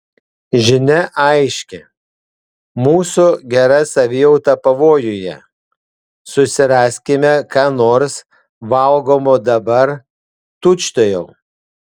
žinia aiški mūsų gera savijauta pavojuje susiraskime ką nors valgomo dabar tučtuojau